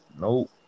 Nope